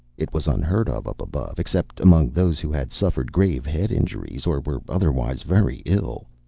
it was unheard of up above, except among those who had suffered grave head injuries or were otherwise very ill.